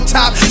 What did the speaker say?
top